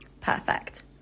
perfect